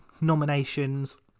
nominations